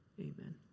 Amen